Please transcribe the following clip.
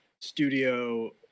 studio